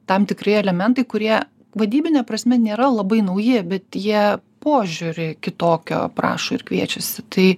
tam tikri elementai kurie vadybine prasme nėra labai nauji bet jie požiūrį kitokio prašo ir kviečiasi tai